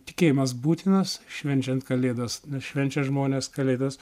tikėjimas būtinas švenčiant kalėdas nes švenčia žmonės kalėdas